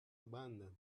abandoned